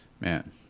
man